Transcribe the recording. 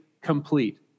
complete